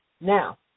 Now